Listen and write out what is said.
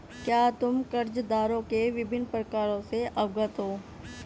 क्या तुम कर्जदारों के विभिन्न प्रकारों से अवगत हो?